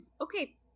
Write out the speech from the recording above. Okay